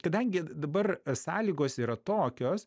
kadangi d dabar sąlygos yra tokios